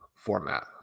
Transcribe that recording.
format